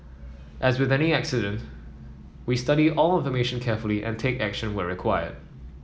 as with any incident we study all information carefully and take action where required